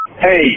hey